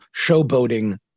showboating